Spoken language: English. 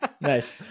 nice